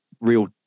real